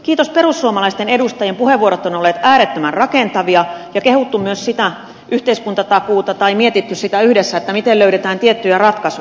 kiitos perussuomalaisten edustajien puheenvuorot ovat olleet äärettömän rakentavia ja on kehuttu myös sitä yhteiskuntatakuuta tai mietitty sitä yhdessä miten löydetään tiettyjä ratkaisuja